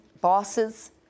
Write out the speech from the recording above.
bosses